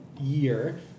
year